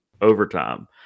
overtime